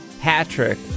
patrick